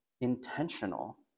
intentional